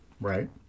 right